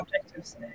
objectives